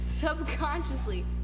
Subconsciously